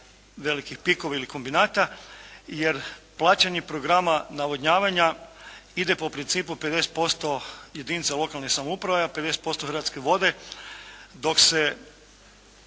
velikih PIK-ova ili kombinata jer plaćanje programa navodnjavanja ide po principu 50% jedinicama lokalne samouprave, a 50% Hrvatske vode dok se